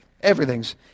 Everything's